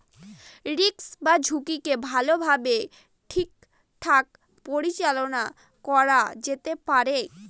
risk বা ঝুঁকিকে ভালোভাবে ঠিকঠাক পরিচালনা করা যেতে পারে